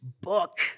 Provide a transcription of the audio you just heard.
book